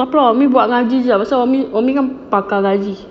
takpe umi buat ngaji jer pasal umi umi kan pakar ngaji